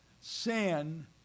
Sin